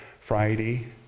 Friday